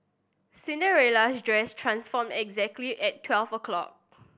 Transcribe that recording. Cinderella's dress transformed exactly at twelve o'clock